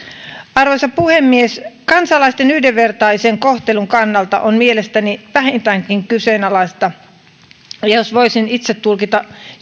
arvoisa puhemies kansalaisten yhdenvertaisen kohtelun kannalta on mielestäni vähintäänkin kyseenalaista ja ja jos voisin itse tulkita